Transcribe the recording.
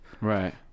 Right